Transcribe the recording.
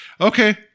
okay